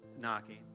knocking